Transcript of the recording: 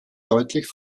deutlich